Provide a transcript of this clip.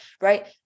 Right